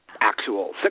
actual